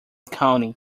county